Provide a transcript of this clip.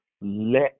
let